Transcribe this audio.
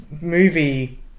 movie